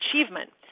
achievement